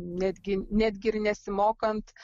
netgi netgi ir nesimokant